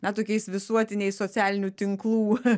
na tokiais visuotiniais socialinių tinklų